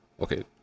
okay